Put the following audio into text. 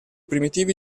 primitivi